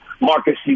Marcus